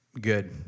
good